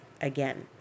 again